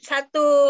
Satu